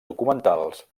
documentals